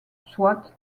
soit